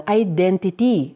identity